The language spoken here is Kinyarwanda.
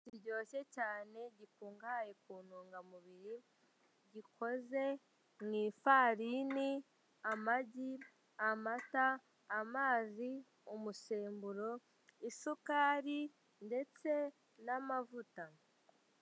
Kiryoshye cyane gikungahaye ku intungamubiri gikoze mu; ifarini, amagi, amata, amazi umusemburo, isukari ndetse n'amavuta.